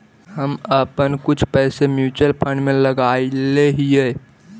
हम अपन कुछ पैसे म्यूचुअल फंड में लगायले हियई